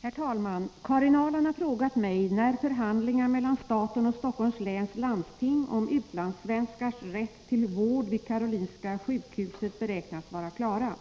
Herr talman! Karin Ahrland har frågat mig när förhandlingar mellan staten och Stockholms läns landsting om utlandsvenskars rätt till vård vid Karolinska sjukhuset beräknas vara klara.